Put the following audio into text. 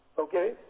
Okay